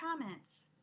comments